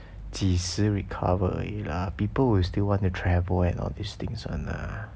几时 recover 而已 lah people would still want to travel and all these things one lah